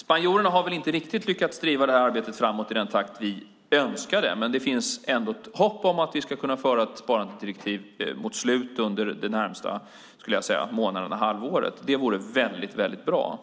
Spanjorerna har väl inte riktigt lyckats driva det här arbetet framåt i den takt vi önskade, men det finns ändå hopp om att vi ska kunna få ett sparandedirektiv under närmaste månaderna eller halvåret. Det vore väldigt bra.